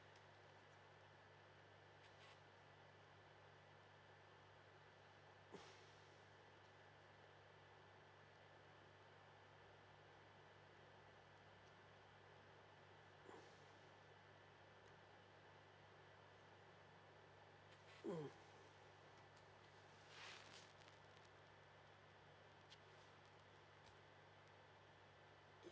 mm